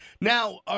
Now